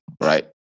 right